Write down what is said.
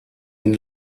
den